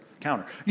counter